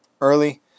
early